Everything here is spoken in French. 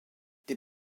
des